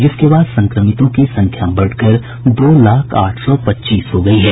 जिसके बाद संक्रमितों की संख्या बढ़कर दो लाख आठ सौ पच्चीस हो गयी है